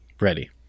Ready